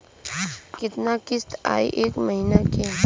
कितना किस्त आई एक महीना के?